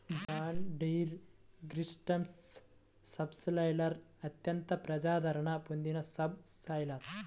John Deere green system subsoiler అత్యంత ప్రజాదరణ పొందిన సబ్ సాయిలర్